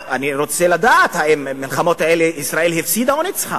אני רוצה לדעת האם במלחמות האלה ישראל הפסידה או ניצחה.